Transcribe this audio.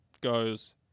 goes